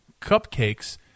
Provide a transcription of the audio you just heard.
cupcakes